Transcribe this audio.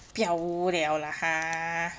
不要无聊 lah !huh!